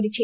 କରିଛି